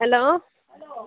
hello